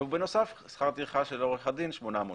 ובנוסף שכר טרחה של עורך הדין 800 שקלים.